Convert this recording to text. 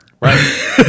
Right